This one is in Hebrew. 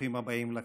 ברוכים הבאים לכנסת.